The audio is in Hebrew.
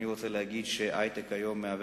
אני רוצה להגיד שההיי-טק מהווה